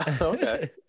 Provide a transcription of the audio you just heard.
Okay